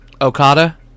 Okada